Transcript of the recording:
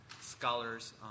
scholars